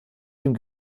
dem